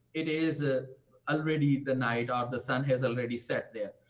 it is ah already the night, um the sun has already set, there.